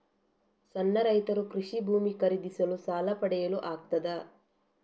ಸಣ್ಣ ರೈತರು ಕೃಷಿ ಭೂಮಿ ಖರೀದಿಸಲು ಸಾಲ ಪಡೆಯಲು ಆಗ್ತದ?